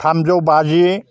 थामजौ बाजि